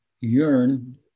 yearn